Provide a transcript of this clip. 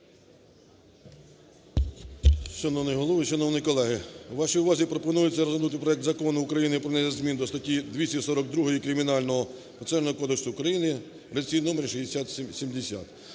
Шановний Голово, шановні колеги! Вашій увазі пропонується розглянути проект Закону України про внесення змін до статті 242 Кримінального процесуального кодексу України (реєстраційний номер 6070).